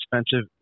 expensive